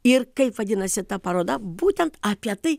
ir kaip vadinasi ta paroda būtent apie tai